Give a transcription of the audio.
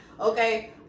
Okay